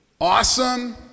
awesome